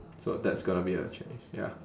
so that's gonna be a change ya